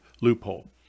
loophole